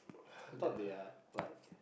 I thought they are like